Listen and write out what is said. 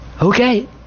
Okay